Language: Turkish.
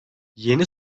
yeni